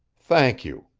thank you,